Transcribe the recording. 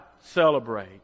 celebrate